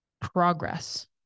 progress